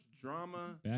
drama